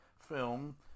film